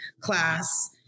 class